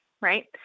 Right